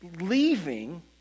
leaving